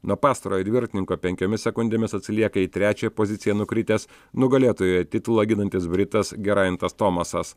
nuo pastarojo dviratininko penkiomis sekundėmis atsilieka į trečiąją poziciją nukritęs nugalėtojo titulą ginantis britas gerajantas tomasas